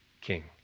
King